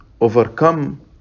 overcome